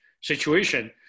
situation